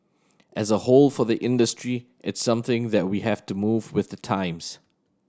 as a whole for the industry it's something that we have to move with the times